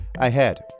Ahead